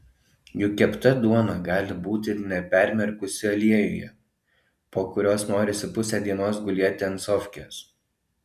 juk kepta duona gali būti ir nepermirkusi aliejuje po kurios norisi pusę dienos gulėti ant sofkės